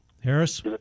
Harris